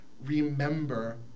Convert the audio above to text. Remember